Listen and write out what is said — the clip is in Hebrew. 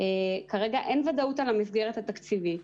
כרגע אין ודאות על המסגרת התקציבית